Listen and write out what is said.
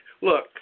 look